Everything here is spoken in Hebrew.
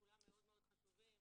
כולם מאוד מאוד חשובים,